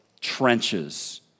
trenches